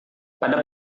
pada